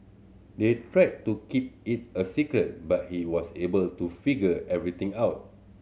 they tried to keep it a secret but he was able to figure everything out